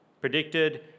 predicted